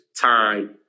time